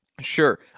Sure